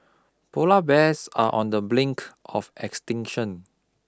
polar bears are on the blink of extinction